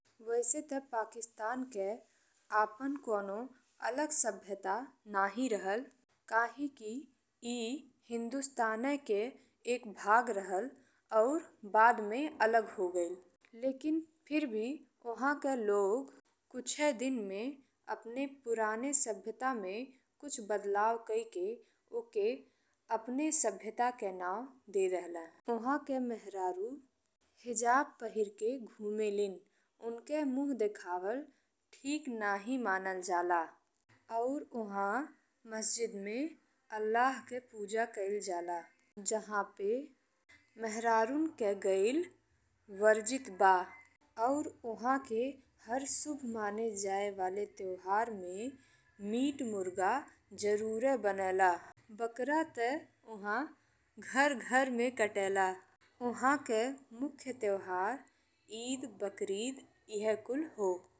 वैसे ते पाकिस्तान के आपन कवनो अलग सभ्यता नहीं रहल काहे की ई हिंदुस्ताने के एक भाग रहल और बाद में अलग हो गइल। लेकिन फिर भी उहाँ लोग कुछे दिन में अपने पुराने सभ्यता में कुछ बदलाव कइ के ओके अपने सभ्यता के नाव दे देले। ओहाके मेहरारू हिजाब पहिर के घुमेलीन। उनके मुँह देखावल ठीक नहीं मनल जाला और ओह मस्जिद में अल्लाह के पूजा कइल जाला, जहा पे मेहरारुन के गइल वर्जित बा और उहाँ के हर शुभ मनल जइवाला त्योहार में मीट मुर्गा जरुरे बनेला। बकरा ते उहा घर घर में कटेला। उहाँ के मुख्य त्योहार ईद, बकरईद ईहे कुल हो।